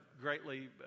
greatly